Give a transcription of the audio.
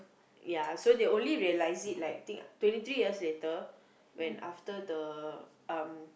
ya so they only realise it like think twenty three years later when after the um